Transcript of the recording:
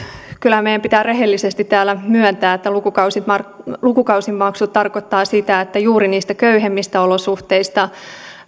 kyllä meidän pitää rehellisesti täällä myöntää että lukukausimaksut tarkoittavat sitä että juuri niistä köyhimmistä olosuhteista